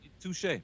touche